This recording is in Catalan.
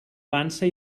vansa